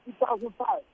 2005